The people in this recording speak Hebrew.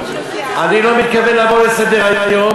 אני לא מתכוון לעבור לסדר-היום.